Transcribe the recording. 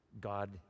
God